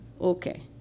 Okay